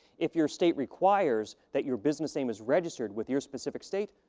if your state requires that your business name is registered with your specific state,